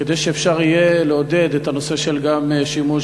כדי שאפשר יהיה לעודד את הנושא של השימוש